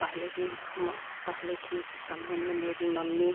पहले की माँ पहले की समय में मेरी मम्मी